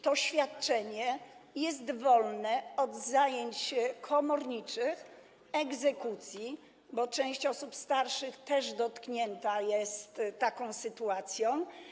To świadczenie jest również wolne od zajęć komorniczych, egzekucji, bo część osób starszych jest też dotknięta taką sytuacją.